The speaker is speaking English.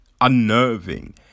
unnerving